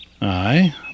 Aye